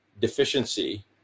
deficiency